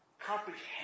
comprehend